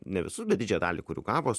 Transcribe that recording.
ne visus bet didžiąją dalį kurių gavo